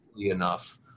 Enough